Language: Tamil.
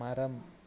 மரம்